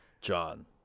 John